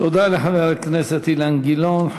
תודה לחבר הכנסת אילן גילאון.